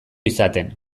izaten